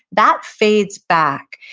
that fades back,